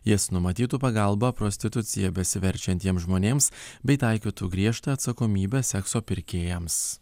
jis numatytų pagalbą prostitucija besiverčiantiems žmonėms bei taikytų griežtą atsakomybę sekso pirkėjams